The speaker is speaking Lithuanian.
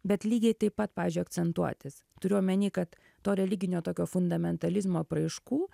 bet lygiai taip pat pavyzdžiui akcentuotis turiu omeny kad to religinio tokio fundamentalizmo apraiškų